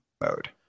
Mode